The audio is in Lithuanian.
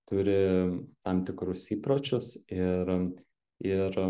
turi tam tikrus įpročius ir ir